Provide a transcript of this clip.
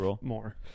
more